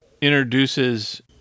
introduces